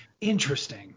Interesting